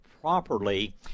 properly